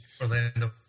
Orlando